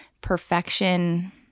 perfection